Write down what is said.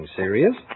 serious